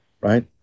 right